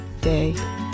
day